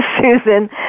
Susan